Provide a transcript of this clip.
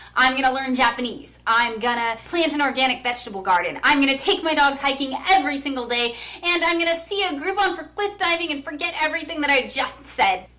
i'm gonna learn japanese. i'm going to plant an organic vegetable garden. i'm going to take my dogs hiking every single day and i'm going to see a groupon for cliff diving and forget everything that i just said.